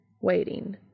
waiting